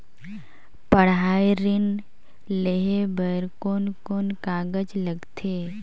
पढ़ाई ऋण लेहे बार कोन कोन कागज लगथे?